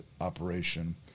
operation